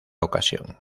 ocasión